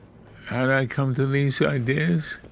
how'd i come to these ideas?